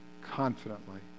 confidently